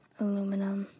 aluminum